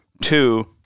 two